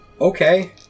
Okay